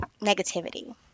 negativity